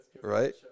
Right